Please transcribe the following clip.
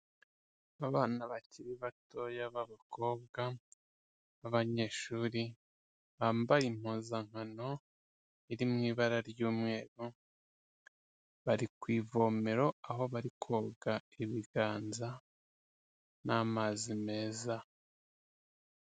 Abana bakiri batoya b'abakobwa b'abanyeshuri bambaye impuzankano iri mu ibara ry'umweru, bari ku ivomero, aho bari koga ibiganza n'amazi meza.